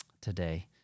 today